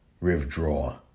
withdraw